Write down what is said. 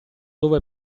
dove